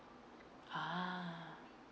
ah